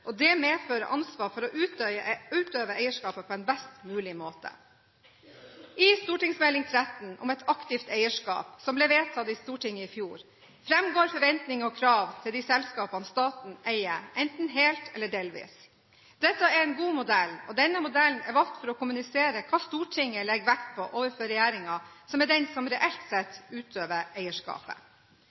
Det medfører ansvar for å utøve eierskapet på en best mulig måte. I Meld. St. 13 for 2010–2011, om aktivt eierskap, som ble behandlet i Stortinget i fjor, framgår forventninger og krav til de selskapene staten eier enten helt eller delvis. Dette er en god modell, og denne modellen er valgt for å kommunisere hva Stortinget legger vekt på overfor regjeringen, som er den som reelt sett utøver eierskapet.